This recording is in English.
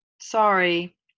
Sorry